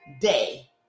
day